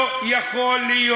לא יכול להיות,